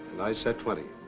i said twenty.